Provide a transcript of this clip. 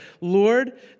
Lord